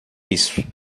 isso